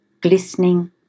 glistening